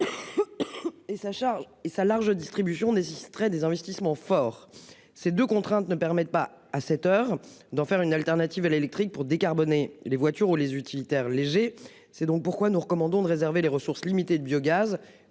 et sa large distribution n'des investissements forts ces de contraintes ne permettent pas à cette heure d'en faire une alternative à l'électrique pour décarboner les voitures ou les utilitaires légers. C'est donc pourquoi nous recommandons de réserver les ressources limitées de biogaz